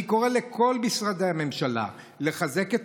אני קורא לכל משרדי הממשלה לחזק את